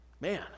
Man